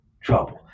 trouble